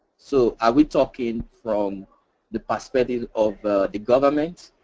so ah we're talking from the perspective of the government,